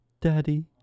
Daddy